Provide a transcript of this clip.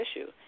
issue